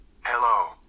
Hello